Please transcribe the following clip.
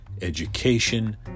education